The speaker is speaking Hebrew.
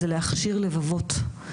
זה להכשיר לבבות,